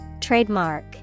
Trademark